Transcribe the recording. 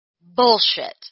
Bullshit